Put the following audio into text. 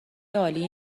عالی